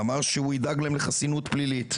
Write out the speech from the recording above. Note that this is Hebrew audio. והוא אמר שהוא ידאג להם לחסינות פלילית,